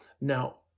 Now